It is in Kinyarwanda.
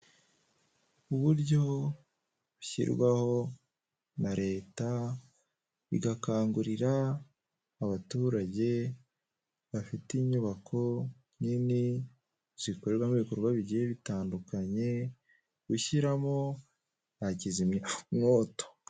Uburyo bushyirwaho na leta bigakangurira abaturage bafite inyubako nini zikorwamo ibikorwa bigiye bitandukanye gushyiramo za kizimyamwoto.